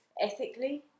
ethically